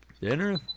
dinner